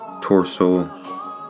torso